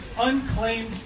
unclaimed